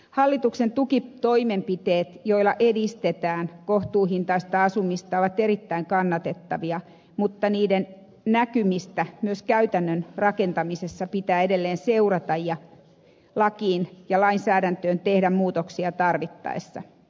hallituksen tukitoimenpiteet joilla edistetään kohtuuhintaista asumista ovat erittäin kannatettavia mutta niiden näkymistä myös käytännön rakentamisessa pitää edelleen seurata ja lakiin ja lainsäädäntöön tehdä muutoksia tarvittaessa